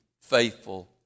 faithful